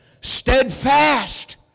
steadfast